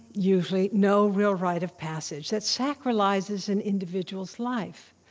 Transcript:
usually no real rite of passage that sacralizes an individual's life.